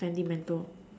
sentimental